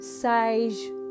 sage